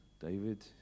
david